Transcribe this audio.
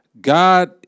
God